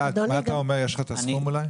אלעד, מה אתה אומר, יש לך את הסכום אולי?